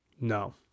No